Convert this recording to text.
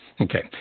Okay